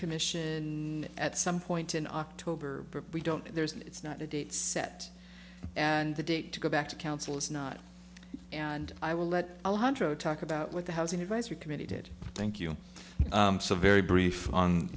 commission at some point in october we don't there's it's not a date set and the date to go back to council is not and i will let a one hundred talk about what the housing advisory committee did thank you very brief on